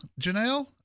Janelle